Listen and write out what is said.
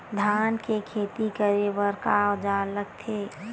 धान के खेती करे बर का औजार लगथे?